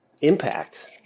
impact